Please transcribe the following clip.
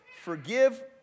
Forgive